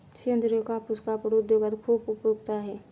सेंद्रीय कापूस कापड उद्योगात खूप उपयुक्त आहे